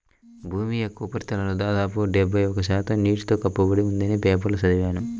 భూమి యొక్క ఉపరితలంలో దాదాపు డెబ్బై ఒక్క శాతం నీటితో కప్పబడి ఉందని పేపర్లో చదివాను